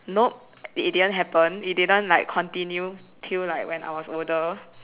nope it didn't happen it didn't like continue till like when I was older